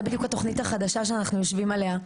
זה בדיוק התוכנית החדשה שאנחנו יושבים עליה,